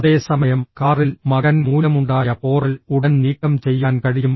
അതേസമയം കാറിൽ മകൻ മൂലമുണ്ടായ പോറൽ ഉടൻ നീക്കം ചെയ്യാൻ കഴിയും